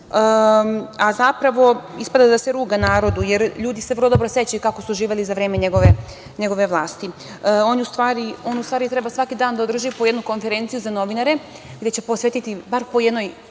a zapravo ispada da se ruga narodu, jer ljudi se vrlo dobro sećaju kako su živeli za vreme njegove vlasti. On u stvari treba svaki dan da održi po jednu konferenciju za novinare gde će posvetiti bar po jednoj